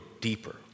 deeper